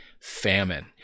famine